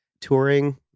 touring